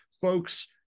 folks